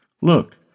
Look